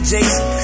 Jason